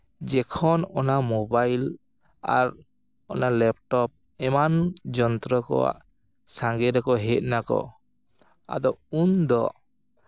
ᱡᱚᱠᱷᱚᱱ ᱚᱱᱟ ᱢᱳᱵᱟᱭᱤᱞ ᱟᱨ ᱚᱱᱟ ᱞᱮᱯᱴᱚᱯ ᱮᱢᱟᱱ ᱡᱚᱱᱛᱨᱚ ᱠᱚᱣᱟᱜ ᱥᱟᱝᱜᱮ ᱨᱮᱠᱚ ᱦᱮᱡ ᱱᱟᱠᱚ ᱟᱫᱚ ᱩᱱᱫᱚ